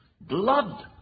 blood